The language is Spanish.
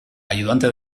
ayudante